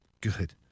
Good